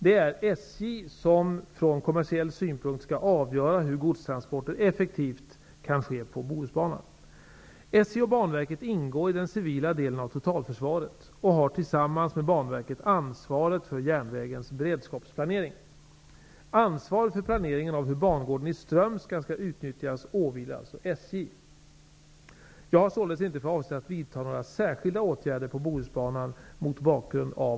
Det är SJ som från kommersiell synpunkt skall avgöra hur godstransporter effektivt kan ske på SJ och Banverket ingår i den civila delen av totalförsvaret och har tillsammans med Banverket ansvaret för järnvägens beredskapsplanering. Jag har således inte för avsikt att vidta några särskilda åtgärder på Bohusbanan mot bakgrund av